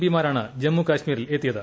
പിമാരാണ് ജമ്മുകശ്മീരിലെത്തിയത്